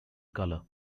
color